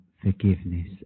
forgiveness